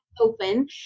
open